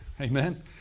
Amen